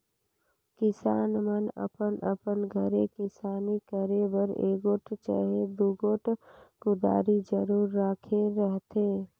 किसान मन अपन अपन घरे किसानी करे बर एगोट चहे दुगोट कुदारी जरूर राखे रहथे